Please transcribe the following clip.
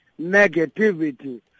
negativity